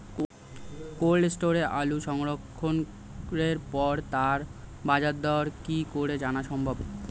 Cold স্টোরে আলু সংরক্ষণের পরে তার বাজারদর কি করে জানা সম্ভব?